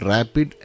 Rapid